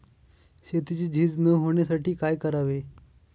शेतीची झीज न होण्यासाठी काय करावे?